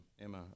Emma